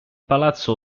palazzo